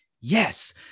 yes